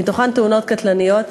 ובהן תאונות קטלניות.